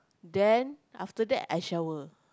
then after that I shower